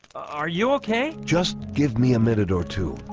are you okay? just give me a minute or two?